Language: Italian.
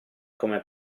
come